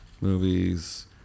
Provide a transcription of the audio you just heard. Movies